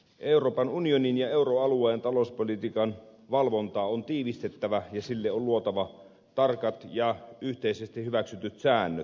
euroopan unionin ja euroalueen talouspolitiikan valvontaa on tiivistettävä ja sille on luotava tarkat ja yhteisesti hyväksytyt säännöt